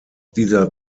dieser